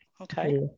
okay